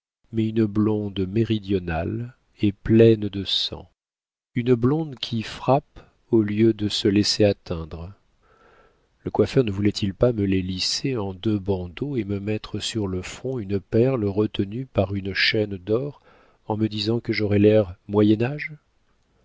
mais une blonde méridionale et pleine de sang une blonde qui frappe au lieu de se laisser atteindre le coiffeur ne voulait-il pas me les lisser en deux bandeaux et me mettre sur le front une perle retenue par une chaîne d'or en me disant que j'aurais l'air